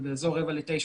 באזור 20:45,